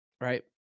right